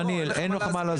דניאל, אין לך מה להסביר.